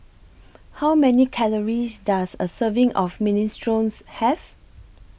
How Many Calories Does A Serving of Minestrones Have